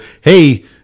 hey